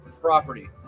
property